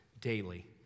daily